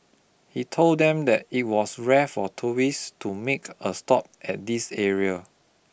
he told them that it was rare for tourists to make a stop at this area